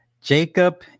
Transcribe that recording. Jacob